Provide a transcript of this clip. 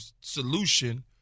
solution